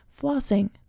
flossing